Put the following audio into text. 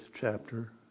chapter